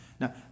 Now